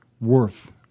worth